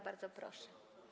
Bardzo proszę.